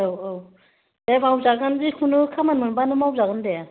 औ औ दे मावजागोन जिखुनु खामानि मोनबानो मावजागोन दे